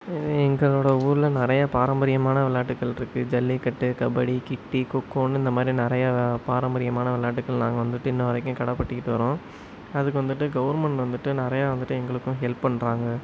எங்களோடய ஊரில் நிறைய பாரம்பரியமான விளையாட்டுகள் இருக்குது ஜல்லிக்கட்டு கபடி கிட்டி கொக்கோன்னு இந்தமாதிரி நிறையா பாரம்பரியமான விளையாட்டுகள் நாங்கள் வந்துட்டு இன்று வரைக்கும் கடபட்டிக்கிட்டு வரோம் அதுக்கு வந்துட்டு கவர்மண்ட் வந்துட்டு நிறையா வந்துட்டு எங்களுக்கும் ஹெல்ப் பண்றாங்க